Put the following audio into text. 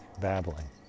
babbling